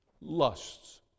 lusts